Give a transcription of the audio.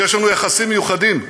שיש לנו יחסים מיוחדים,